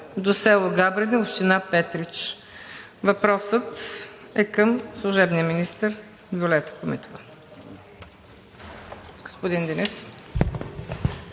до село Габрене, община Петрич. Въпросът е към служебния министър Виолета Комитова. Господин Динев.